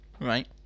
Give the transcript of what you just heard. Right